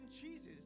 cheeses